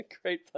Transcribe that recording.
Great